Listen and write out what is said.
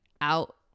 out